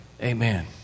Amen